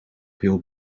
veel